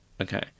Okay